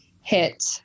hit